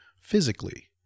Physically